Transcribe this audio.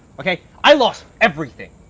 okay! i lost everything!